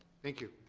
thank you.